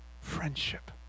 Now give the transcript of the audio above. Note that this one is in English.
friendship